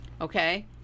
okay